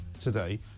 today